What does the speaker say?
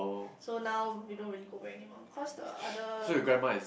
so now we don't really go back anymore cause the other the